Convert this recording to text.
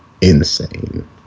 insane